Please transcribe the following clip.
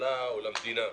לממשלה או למדינה,